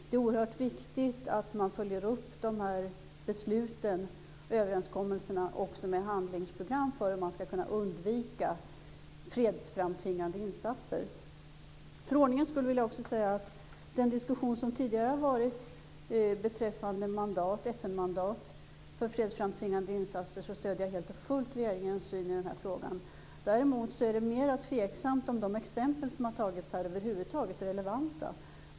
Det är oerhört viktigt att man följer upp överenskommelserna med handlingsprogram för hur man skall kunna undvika fredsframtvingande insatser. För ordningens skull vill jag säga att jag stöder helt och fullt regeringens syn i den diskussion som förts tidigare beträffande FN-mandat för fredsframtvingande insatser. Däremot är det mer tveksamt om de exempel som nämnts över huvud taget är relevanta.